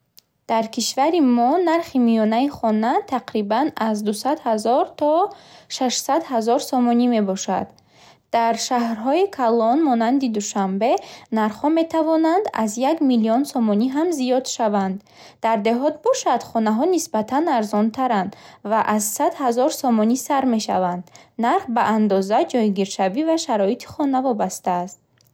Дар кишвари мо нархи миёнаи хона тақрибан аз дусад ҳазор то шашсад ҳазор сомонӣ мебошад. Дар шаҳрҳои калон, монанди Душанбе, нархҳо метавонанд аз як миллион сомонӣ ҳам зиёд шаванд. Дар деҳот бошад, хонаҳо нисбатан арзонтаранд ва аз сад ҳазор сомонӣ сар мешаванд. Нарх ба андоза, ҷойгиршавӣ ва шароити хона вобаста аст.